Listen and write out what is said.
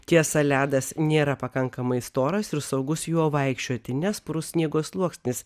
tiesa ledas nėra pakankamai storas ir saugus juo vaikščioti nes purus sniego sluoksnis